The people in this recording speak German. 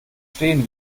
stehen